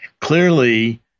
clearly